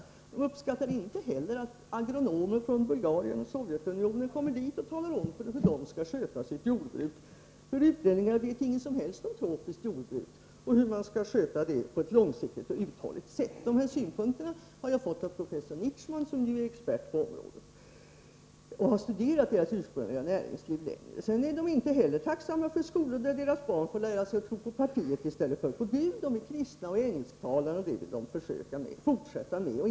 Inte heller uppskattar de att agronomer från Bulgarien och Sovjetunionen kommer dit och talar om för dem hur de skall sköta sitt jordbruk, för utlänningar vet inget som helst om tropiskt jordbruk och om hur man skall sköta det på ett långsiktigt och uthålligt sätt. Dessa synpunkter har jag fått av professor Nietschmann, som ju är expert på området och har studerat dess ursprungliga näringsliv under längre tid. Indianerna är inte heller tacksamma för skolor där deras barn får lära sig att tro på partiet i stället för på Gud. De är kristna och engelsktalande, och det vill de fortsätta att vara.